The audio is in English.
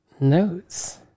Notes